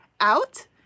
out